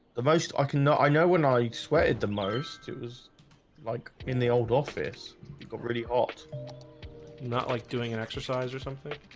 the most i cannot i know when i sweated the most it was like in the old office it got really hot not like doing an exercise or something